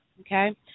okay